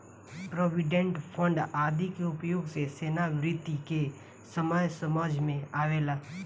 provident fund आदि के उपयोग सेवानिवृत्ति के समय समझ में आवेला